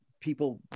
people